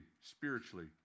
spiritually